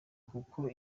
kuko